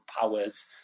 powers